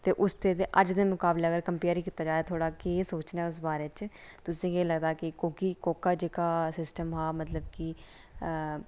ते उसदे ते अज्ज दे मकाबले च कम्पेअर कीता जा थोह्ड़ा केह् सोचने उस बारे च तुसें गी एह् लगदा कि कोह्की कोह्का जेह्का सिस्टम हा मतलब कि